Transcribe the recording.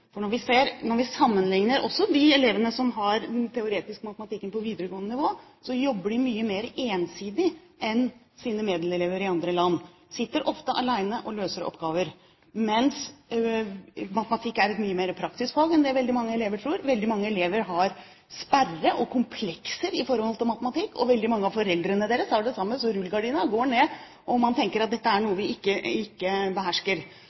De elevene som har den teoretiske matematikken på videregående nivå, jobber mye mer ensidig enn sine medelever i andre land. De sitter ofte alene og løser oppgaver, mens matematikk er et mye mer praktisk fag enn det veldig mange elever tror. Veldig mange elever har sperrer og komplekser i forhold til matematikk, og veldig mange av foreldrene deres har det samme, så rullegardina går ned, og man tenker at dette er noe vi ikke behersker.